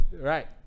Right